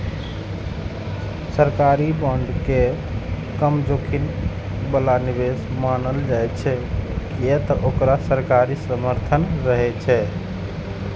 सरकारी बांड के कम जोखिम बला निवेश मानल जाइ छै, कियै ते ओकरा सरकारी समर्थन रहै छै